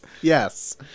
Yes